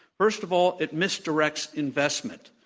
first of all, it misdirects investment.